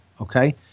Okay